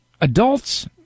adults